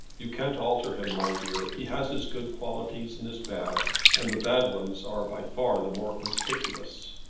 you can't alter him, my dear. he has his good qualities and his bad and the bad ones are by far the more conspicuous.